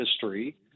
History